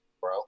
bro